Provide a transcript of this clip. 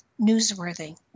newsworthy